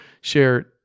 share